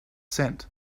cent